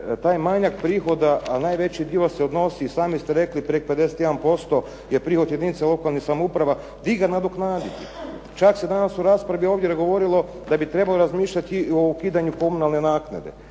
taj manjak prihoda a najveći dio se odnosi i sami ste rekli preko 51% jer prihod jedinica lokalnih samouprava gdje ga nadoknaditi. Čak se danas u raspravi ovdje govorilo da bi trebalo razmišljati i o ukidanju komunalne naknade,